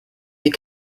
des